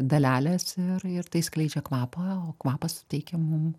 dalelės ir ir tai skleidžia kvapą o kvapas suteikia mum